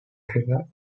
retriever